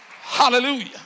Hallelujah